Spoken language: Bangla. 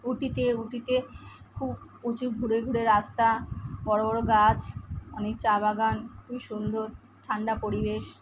উটিতে উটিতে খুব উঁচু ঘুরে ঘুরে রাস্তা বড় বড় গাছ অনেক চা বাগান খুব সুন্দর ঠান্ডা পরিবেশ